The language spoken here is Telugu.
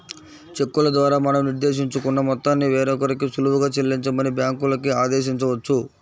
చెక్కుల ద్వారా మనం నిర్దేశించుకున్న మొత్తాన్ని వేరొకరికి సులువుగా చెల్లించమని బ్యాంకులకి ఆదేశించవచ్చు